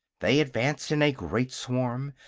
they advanced in a great swarm,